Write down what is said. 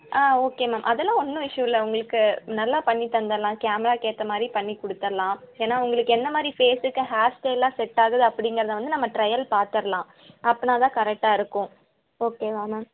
ஆ okay ma'am அதலாம் ஒன்றும் issue இல்லை உங்களுக்கு நல்லா பண்ணித்தந்துடலாம் கேமராவுக்கு ஏற்ற மாதிரி பண்ணி கொடுத்தர்லாம் ஏன்னால் உங்களுக்கு என்ன மாதிரி ஃபேஸுக்கு ஹேர் ஸ்டைலெலாம் செட்டாகுது அப்படிங்கிறத வந்து நம்ம ட்ரெயல் பார்த்துர்லாம் அப்பனால் தான் கரெக்டாக இருக்கும் ஓகேவா மேம்